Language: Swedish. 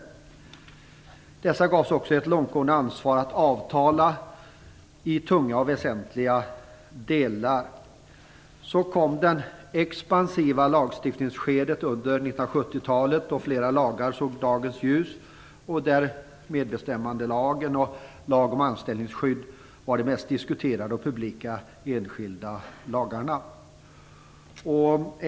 Parterna gavs också ett långtgående ansvar att avtala i tunga och väsentliga delar. Så kom det expansiva lagstiftningsskedet under 70-talet, då flera lagar såg dagens ljus. Medbestämmandelagen och lagen om anställningsskydd, LAS, var de mest diskuterade och publika enskilda lagarna.